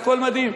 הכול מדהים,